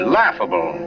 laughable